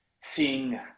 seeing